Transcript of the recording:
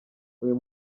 uyu